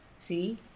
See